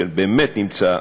שבאמת נמצא,